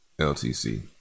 LTC